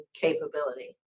capability